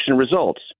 results